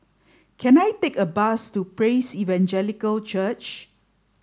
can I take a bus to Praise Evangelical Church